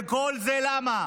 וכל זה למה?